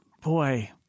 Boy